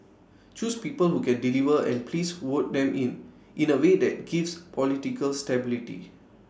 choose people who can deliver and please vote them in in A way that gives political stability